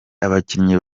abakinnyi